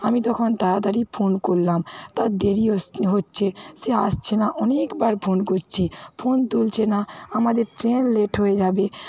আমি তখন তাড়াতাড়ি ফোন করলাম তার দেরি হচ্ছে সে আসছে না অনেকবার ফোন করছি ফোন তুলছে না আমাদের ট্রেন লেট হয়ে যাবে